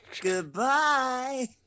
Goodbye